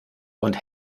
und